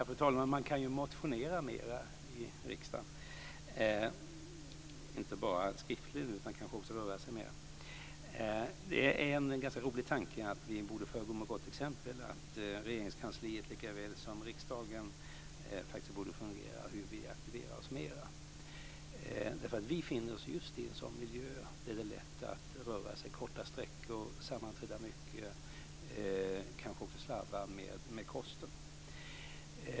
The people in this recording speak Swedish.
Fru talman! Man kan ju motionera mera i riksdagen, inte bara skriftligt utan man kan kanske också röra sig mera. Det är en ganska rolig tanke att vi borde föregå med gott exempel och att Regeringskansliet likaväl som riksdagen borde fundera över hur vi ska aktivera oss mera. Vi befinner oss just i en sådan miljö där det är lätt att förflytta sig korta sträckor, sammanträda mycket och kanske slarva med kosten.